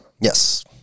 yes